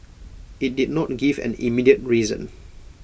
IT did not give an immediate reason